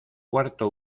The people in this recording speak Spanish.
cuarto